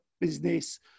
business